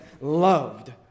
Loved